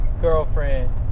girlfriend